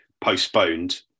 postponed